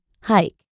Hike